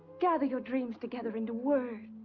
gather your dreams together into words!